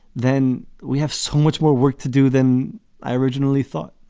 then we have so much more work to do than i originally thought.